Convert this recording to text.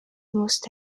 most